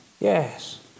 Yes